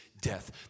death